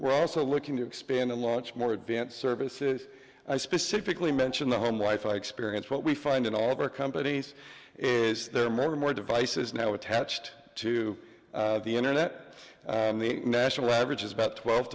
we're also looking to expand and launch more advanced services i specifically mentioned the home life i experience what we find in all of our companies is there are many more devices now attached to the internet and the national average is about twelve